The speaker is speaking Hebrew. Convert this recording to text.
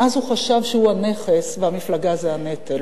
שהוא הנכס והמפלגה זה הנטל.